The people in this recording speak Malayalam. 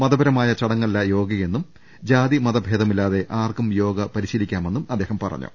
മതപ രമായ ചടങ്ങല്ല യോഗയെന്നും ജാതി മത ഭേദമില്ലാതെ ആർക്കും യോഗ പരിശീലിക്കാമെന്നും അദ്ദേഹം പറഞ്ഞു